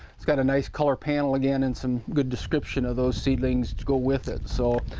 it's got a nice color panel again and some good descriptions of those seedlings to go with it. so,